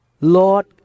Lord